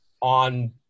on